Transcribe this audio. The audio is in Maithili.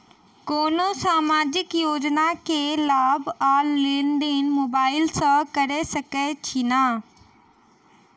कोनो सामाजिक योजना केँ लाभ आ लेनदेन मोबाइल सँ कैर सकै छिःना?